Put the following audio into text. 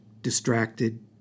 distracted